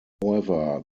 however